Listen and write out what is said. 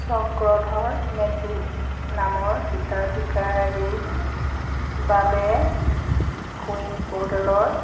চক্ৰধৰ মেধি নামৰ হিতাধিকাৰীৰ বাবে কো ৱিন প'ৰ্টেলৰ